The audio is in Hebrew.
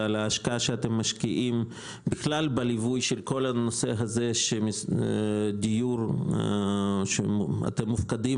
על ההשקעה שאתם משקיעים בכל הליווי של הדיור שאתם מופקדים